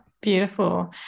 Beautiful